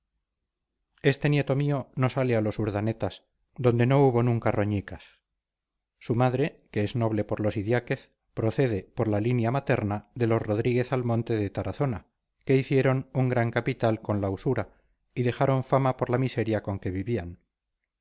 este nieto mío no sale a los urdanetas donde no hubo nunca roñicas su madre que es noble por los idiáquez procede por la línea materna de los rodríguez almonte de tarazona que hicieron un gran capital con la usura y dejaron fama por la miseria con que vivían